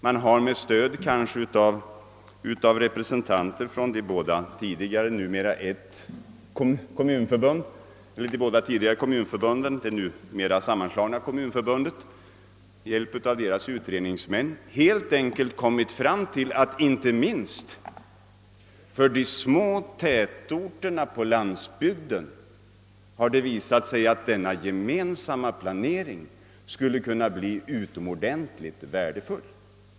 Man har med hjälp av utredningsmän från de båda tidigare kommunförbunden — det numera sammanslagna Kommunförbundet — helt enkelt kommit fram till att det inte minst för de små tätorterna på landsbygden visat sig att denna gemensamma planering skulle kunna bli utomordentligt värdefull.